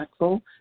impactful